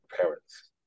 parents